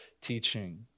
teaching